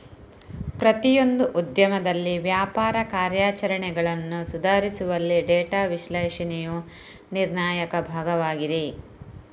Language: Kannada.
ಪ್ರತಿಯೊಂದು ಉದ್ಯಮದಲ್ಲಿ ವ್ಯಾಪಾರ ಕಾರ್ಯಾಚರಣೆಗಳನ್ನು ಸುಧಾರಿಸುವಲ್ಲಿ ಡೇಟಾ ವಿಶ್ಲೇಷಣೆಯು ನಿರ್ಣಾಯಕ ಭಾಗವಾಗಿದೆ